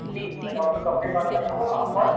جی میں ڈاکٹر توقیر بات کر رہا ہوں آپ کون